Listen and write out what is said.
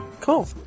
cool